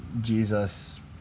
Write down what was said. Jesus